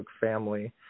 family